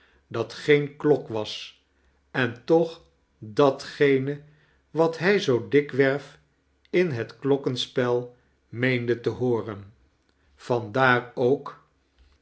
dat geen klok was en toch datgene wat hij zoo dikvverf in het klokkespel nieeiide te hooren vandaar ook